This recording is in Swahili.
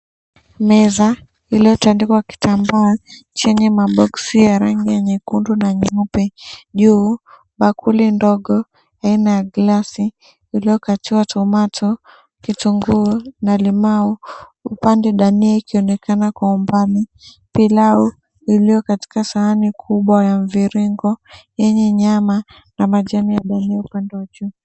Meza iliyotandikwa kitambaa chenye maboksi ya rangi ya nyekundu na nyeupe. Juu, bakuli ndogo, aina ya glasi, Iliyokatiwa tomato , kitunguu na limau, upande dania ikionekana kwa umbali. Pilau iliyo katika sahani kubwa ya mviringo, yenye nyama na majani ya dania upande wa juu.